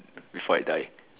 before I die